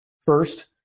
First